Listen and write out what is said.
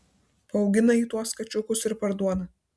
paaugina ji tuos kačiukus ir parduoda